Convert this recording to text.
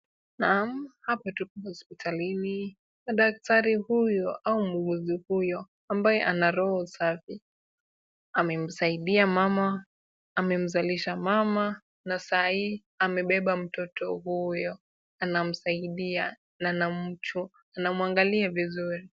Naam hapa tuko hospitalini na daktari huyu au muuguzi huyu ambaye ana roho safi, amemsaidia mama, amemzalisha mama na sahii amebeba mtoto huyo anamsaidia na anamwangalia vizuri.